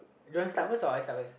you want start first or I start first